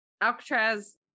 Alcatraz